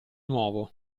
nuovo